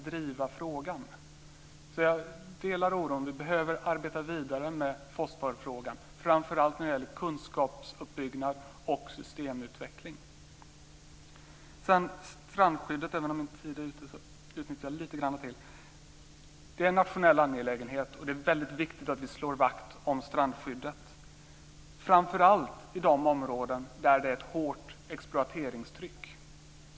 Jag delar alltså oron. Strandskyddet är en nationell angelägenhet, och det är viktigt att vi slår vakt om det. Framför allt gäller det i de områden där det finns ett hårt exploateringstryck.